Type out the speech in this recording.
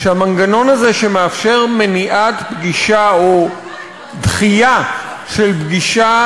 שהמנגנון הזה שמאפשר מניעת פגישה או דחייה של פגישה